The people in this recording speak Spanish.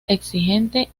exigente